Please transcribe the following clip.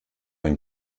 ein